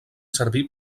servir